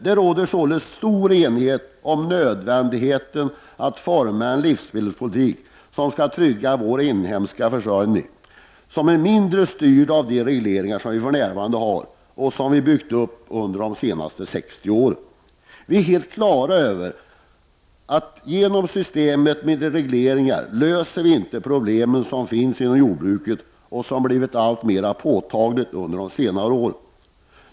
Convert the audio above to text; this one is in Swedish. Det råder således stor enighet om nödvändigheten av att forma en livsmedelspolitik som skall trygga vår inhemska försörjning och som är mindre styrd av de regleringar som vi för närvarande har och som vi byggt upp under de senaste 60 åren. Vi är helt på det klara med att vi genom systemet med regleringar inte löser de problem som finns inom jordbruket och som blivit alltmer påtagliga under senare år.